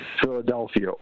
Philadelphia